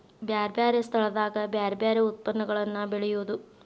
ಬ್ಯಾರೆ ಬ್ಯಾರೆ ಸ್ಥಳದಾಗ ಬ್ಯಾರೆ ಬ್ಯಾರೆ ಯತ್ಪನ್ನಗಳನ್ನ ಬೆಳೆಯುದು